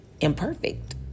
imperfect